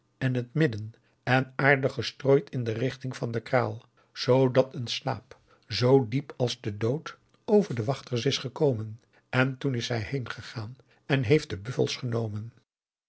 en het midden en aarde gestrooid in de richting van de kraal zoodat een slaap zoo diep als de dood over de wachters is gekomen en toen is hij heengegaan en heeft de buffels genomen